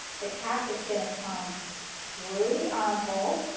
the cap is going to come through the armhole